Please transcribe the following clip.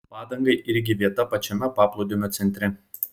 padangai irgi vieta pačiame paplūdimio centre